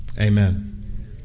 Amen